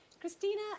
Christina